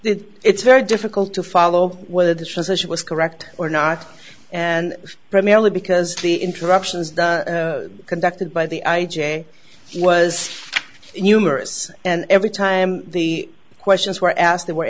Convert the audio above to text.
did it's very difficult to follow whether the transition was correct or not and primarily because the interruptions conducted by the i j a was numerous and every time the questions were asked they were